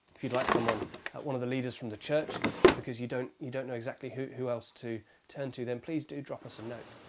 if you'd like someone one of the leaders from the church because you don't you don't know exactly who who else to turn to, then please do drop us a note.